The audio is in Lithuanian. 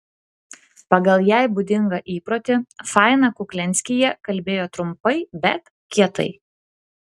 pagal jai būdingą įprotį faina kuklianskyje kalbėjo trumpai bet kietai